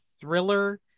thriller